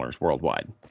worldwide